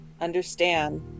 understand